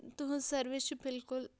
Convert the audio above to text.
تُہٕنٛز سٔروِس چھِ بالکُل